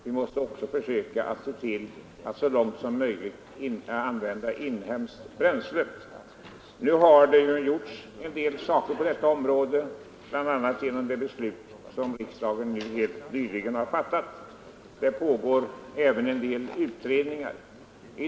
Vi måste också försöka att så långt det är möjligt använda inhemskt bränsle. Nu har det gjorts en del på detta område, bl.a. genom det beslut som riksdagen helt nyligen fattade. Det pågår även en del utredningar.